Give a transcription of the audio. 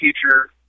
future